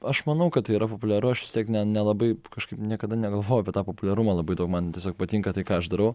aš manau kad tai yra populiaru aš vis tiek ne nelabai kažkaip niekada negalvojau apie tą populiarumą labai daug man tiesiog patinka tai ką aš darau